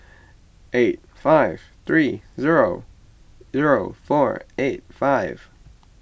eight five three zero zero four eight five